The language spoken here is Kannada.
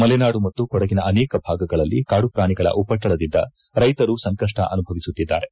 ಮಲೆನಾಡು ಮತ್ತು ಕೊಡಗಿನ ಅನೇಕ ಭಾಗಗಳಲ್ಲಿ ಕಾಡು ಪಾಣಿಗಳ ಉಪಟಕದಿಂದ ರೈತರು ಸಂಕಷ್ಟ ಅನುಭವಿಸುತ್ತಿದ್ದಾರೆ